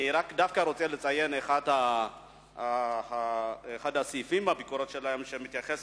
אני רוצה לציין את אחד הסעיפים בביקורת שלהם שמתייחס